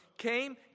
came